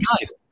Guys